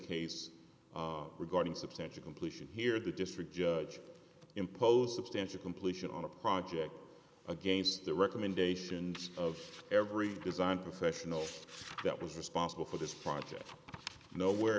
case regarding substantial completion here the district judge imposed substantial completion on a project against the recommendations of every design professional that was responsible for this project no where